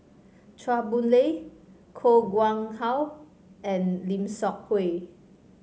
Chua Boon Lay Koh Nguang How and Lim Seok Hui